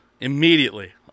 Immediately